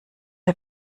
der